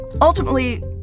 ultimately